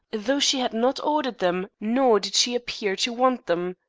though she had not ordered them nor did she appear to want them.